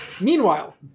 Meanwhile